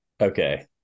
Okay